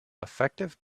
effective